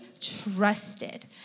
trusted